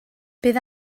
bydd